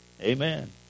Amen